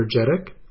energetic